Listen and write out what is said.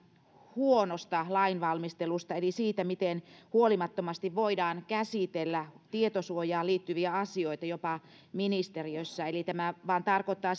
huonosta lainvalmistelusta eli siitä miten huolimattomasti voidaan käsitellä tietosuojaan liittyviä asioita jopa ministeriössä eli tämä vain tarkoittaa